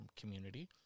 community